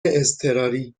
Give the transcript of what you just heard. اضطراری